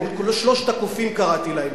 "שלושת הקופים" קראתי להם,